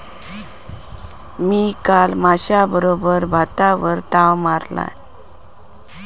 मी काल माश्याबरोबर भातावर ताव मारलंय